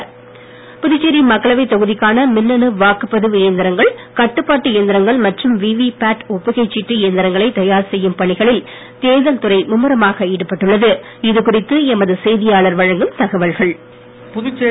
இயந்திரம் புதுச்சேரி மக்களவை தொகுதிக்கான மின்னணு வாக்குப்பதிவு இயந்திரங்கள் கட்டுப்பாட்டு இயந்திரங்கள் மற்றும் விவி பேட் ஒப்புகைச் சீட்டு இயந்திரங்களை தயார் செய்யும் பணிகளில் தேர்தல் துறை மும்முரமாக ஈடுபட்டுள்ளது